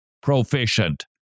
proficient